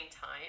time